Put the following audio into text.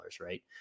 right